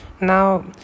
Now